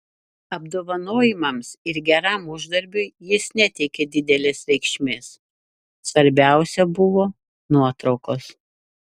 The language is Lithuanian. apdovanojimams ir geram uždarbiui jis neteikė didelės reikšmės svarbiausia buvo nuotraukos